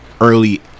early